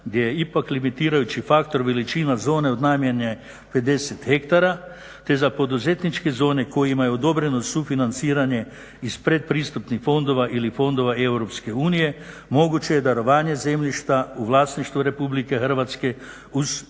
gdje je ipak limitirajući faktor veličina zone od najmanje 50 hektara te za poduzetničke zone koje imaju odobreno sufinanciranje iz pretpristupnih fondova ili fondova Europske unije, moguće je darovanje zemljišta u vlasništvu Republike Hrvatske uz